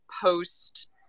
post